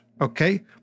okay